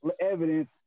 evidence